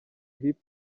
hip